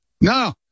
No